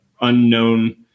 unknown